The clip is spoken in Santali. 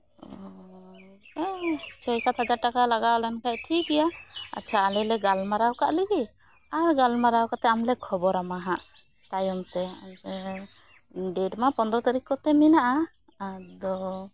ᱪᱷᱚᱭ ᱥᱟᱛ ᱦᱟᱡᱟᱨ ᱴᱟᱠᱟ ᱞᱟᱜᱟᱣ ᱞᱮᱱᱠᱷᱟᱡ ᱴᱷᱤᱠ ᱜᱮᱭᱟ ᱟᱪᱪᱷᱟ ᱟᱞᱮ ᱞᱮ ᱜᱟᱞᱢᱟᱨᱟᱣ ᱠᱟᱜ ᱞᱮᱜᱮ ᱟᱨ ᱜᱟᱞᱢᱟᱨᱟᱣ ᱠᱟᱛᱮ ᱟᱢ ᱞᱮ ᱠᱷᱚᱵᱚᱨᱟᱢᱟ ᱦᱟᱸᱜ ᱛᱟᱭᱚᱢ ᱛᱮ ᱡᱮ ᱰᱮᱴ ᱢᱟ ᱯᱚᱸᱫᱽᱨᱚ ᱛᱟ ᱨᱤᱠᱷ ᱠᱚᱛᱮ ᱢᱮᱱᱟᱜᱼᱟ ᱟᱫᱚ